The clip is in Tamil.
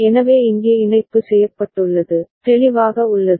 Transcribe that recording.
எனவே இங்கே இணைப்பு செய்யப்பட்டுள்ளது தெளிவாக உள்ளது